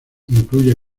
incluye